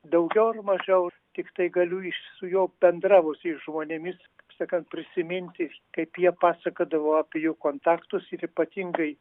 daugiau ar mažiau tiktai galiu iš su juo bendravusiais žmonėmis sakant prisiminti kaip jie pasakodavo apie jų kontaktus ir ypatingai